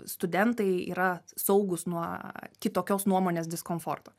studentai yra saugūs nuo kitokios nuomonės diskomforto